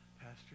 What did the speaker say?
Pastor